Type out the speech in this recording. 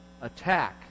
attack